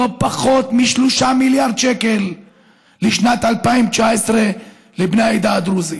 לא פחות מ-3 מיליארד שקלים לשנת 2019 לבני העדה הדרוזית.